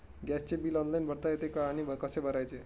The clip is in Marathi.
गॅसचे बिल ऑनलाइन भरता येते का आणि कसे भरायचे?